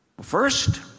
first